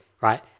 right